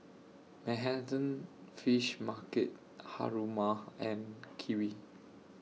Manhattan Fish Market Haruma and Kiwi